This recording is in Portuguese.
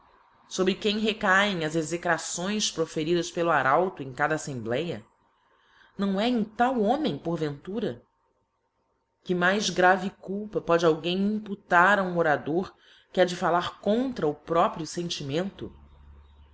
sobre quem recaem as execrações proferidas pelo arauto em cada affembléa não é em tal homem porventura que mais grave culpa pode alguém imputar a um orador que a de fallar contra o próprio fentimento